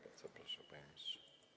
Bardzo proszę, panie ministrze.